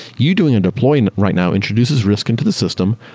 you doing a deployment right now, introduces risk into the system.